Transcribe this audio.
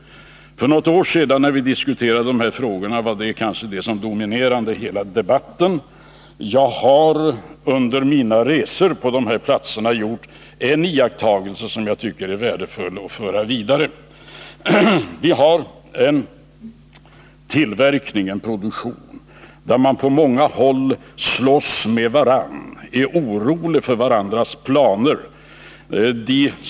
För något år sedan, när vi diskuterade de här frågorna, var det kanske det som dominerade i debatten. Jag har under mina resor på de här platserna gjort en iakttagelse, som jag tycker är värdefull att föra vidare. Vi har en produktion, där man på många håll slåss med varandra, är orolig för varandras planer.